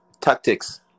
Tactics